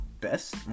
best